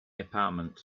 apartment